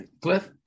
Cliff